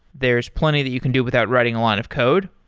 there's plenty that you can do without writing a lot of code,